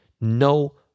no